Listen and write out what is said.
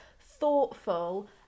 thoughtful